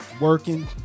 Working